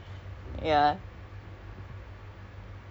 ya I'm still twenty five also I don't feel the rush you know to